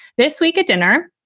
this week at dinner,